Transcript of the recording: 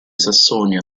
sassonia